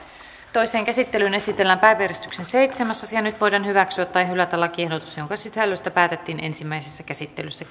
toiseen käsittelyyn esitellään päiväjärjestyksen seitsemäs asia nyt voidaan hyväksyä tai hylätä lakiehdotus jonka sisällöstä päätettiin ensimmäisessä käsittelyssä